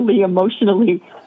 emotionally